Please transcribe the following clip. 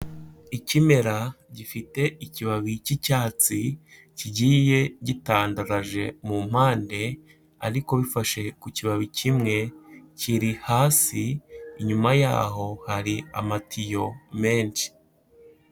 Ikimera gifite ikibabi cy'icyatsi kigiye gitandaraje mu mpande, ariko bifashe ku kibabi kimwe, kiri hasi, inyuma yaho hari amatiyo menshi.